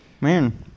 Man